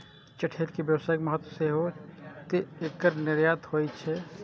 चठैल के व्यावसायिक महत्व सेहो छै, तें एकर निर्यात होइ छै